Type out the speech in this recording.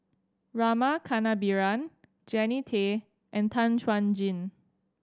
Rama Kannabiran Jannie Tay and Tan Chuan Jin